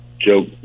Joe